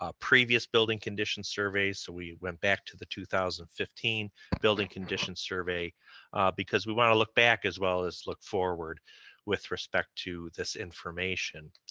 ah previous building conditions surveys, so we went back to the two thousand and fifteen building condition survey because we wanna look back as well as look forward with respect to this information.